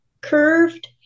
curved